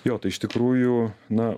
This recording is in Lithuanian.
jo tai iš tikrųjų na